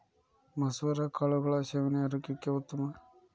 ಮಸುರ ಕಾಳುಗಳ ಸೇವನೆ ಆರೋಗ್ಯಕ್ಕೆ ಉತ್ತಮ